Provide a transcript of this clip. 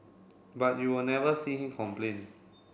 but you will never see him complain